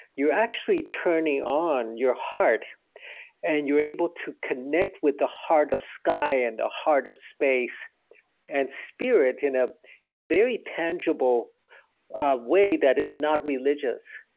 you're actually turning on your heart and you're able to connect with the heart of sky and a heart of space and spirit in ah in a very tangible way that is not religious.